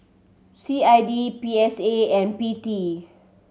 C I D P S A and P T